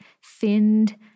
finned